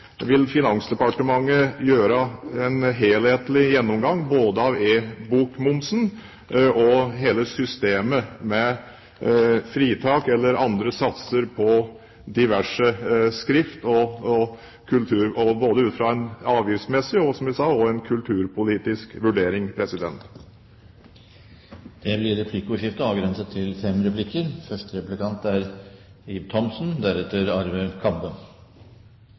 vil Finansdepartementet foreta en helhetlig gjennomgang både av e-bokmomsen og hele systemet med fritak, eller andre satser, på diverse skrift og kultur, både ut fra en avgiftsmessig og, som jeg sa, en kulturpolitisk vurdering. Det blir replikkordskifte.